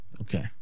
Okay